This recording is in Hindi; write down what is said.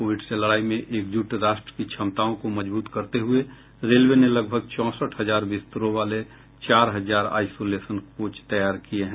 कोविड से लडाई में एकजुट राष्ट्र की क्षमताओं को मजबूत करते हुए रेलवे ने लगभग चौंसठ हजार बिस्तरों वाले लगभग चार हजार आइसोलेशन कोच तैनात किए हैं